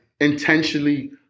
intentionally